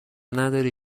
نداری